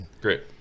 Great